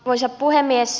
arvoisa puhemies